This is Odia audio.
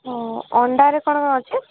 ଆ ଅଣ୍ଡାରେ କଣ କଣ ଅଛି